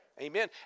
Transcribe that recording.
Amen